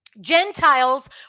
Gentiles